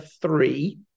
three